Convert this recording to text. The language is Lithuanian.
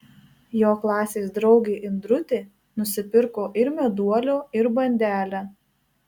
jo klasės draugė indrutė nusipirko ir meduolio ir bandelę